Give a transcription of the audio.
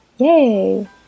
Yay